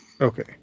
Okay